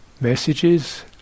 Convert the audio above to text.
messages